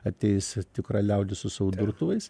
ateis tikra liaudis su savo durtuvais